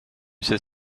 sais